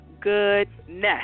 goodness